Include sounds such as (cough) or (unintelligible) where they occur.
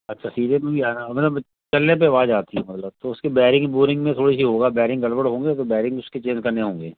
अच्छा (unintelligible) चलने पर आवाज़ आती है मतलब उसके बेयरिंग बोरिंग में थोड़ी सी होगा बेयरिंग गड़बड़ होंगे तो बेयरिंग उसके चेंज करने होंगे